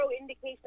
indication